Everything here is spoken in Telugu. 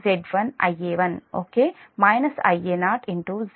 Z1 Ia1 okay Ia0 Z03Zf Ea 0